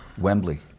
Wembley